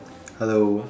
hello